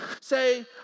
Say